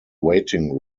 waiting